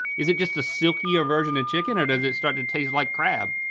is it just a silkier version of chicken, or does it start to taste like crab?